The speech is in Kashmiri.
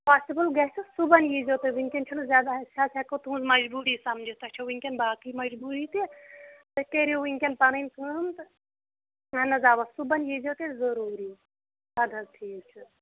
پاسِبٕل گَژھِ صُبحَن یی زیَو تُہۍ وٕنکٮ۪ن چھُنہٕ زیادٕ أسۍ حظ ہٮ۪کو تُہٕنز مجبوٗری سَمجِتھ تۄہہِ چھو وٕنکٮ۪ن باقٕے مجبوٗری تہٕ تُہۍ کٔرِو وٕنکٮ۪ن پَنٕنۍ کٲم تہٕ اہن حظ آ وَ صُبحن یی زیو تیٚلہِ ضروٗری اَدٕ حظ ٹھیٖک چھُ